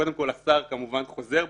קודם כל השר כמובן חוזר בו,